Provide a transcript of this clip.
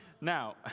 Now